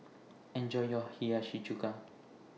Enjoy your Hiyashi Chuka